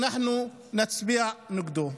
ואנחנו נצביע נגדו.